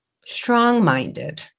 strong-minded